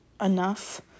enough